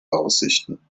aussichten